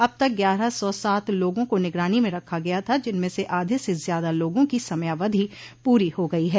अब तक ग्यारह सौ सात लोगों को निगरानी में रखा गया था जिनमें से आधे से ज्यादा लोगों की समयावधि पूरी हो गयी है